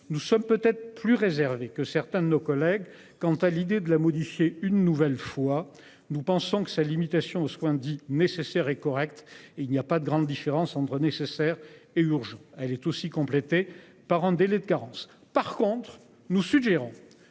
nous sommes peut être plus réservé que certains de nos collègues quant à l'idée de la modifier une nouvelle fois, nous pensons que sa limitation aux soins dits nécessaire est correct et il n'y a pas de grande différence entre nécessaire et urgent. Elle est aussi complété par un délai de carence par contre nous suggérons